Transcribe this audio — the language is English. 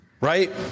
right